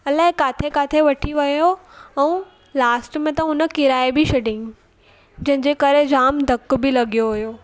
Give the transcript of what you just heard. अलाइ किथे किथे वठी वियो ऐं लास्ट में त हुन केराए बि छॾियाईं जंहिंजे करे जामु धकु बि लॻो हुयो